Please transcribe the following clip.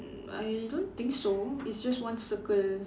I don't think so it's just one circle